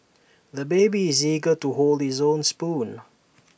the baby is eager to hold his own spoon